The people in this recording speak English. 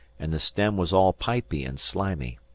and the stem was all pipy and slimy.